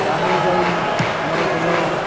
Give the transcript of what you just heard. ତା'ହେଲେ ଯାଇ ଆମର ଦେହ